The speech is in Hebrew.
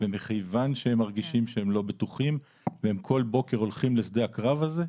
ומכיוון שהם מרגישים שהם לא בטוחים והם כל בוקר הולכים לשדה הקרב הזה,